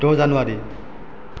द' जानुवारि